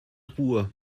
ruhr